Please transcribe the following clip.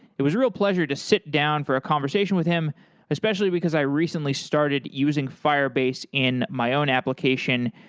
it was a real pleasure to sit down for a conversation with him especially because i recently started using firebase in my own application,